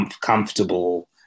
comfortable